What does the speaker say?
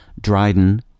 Dryden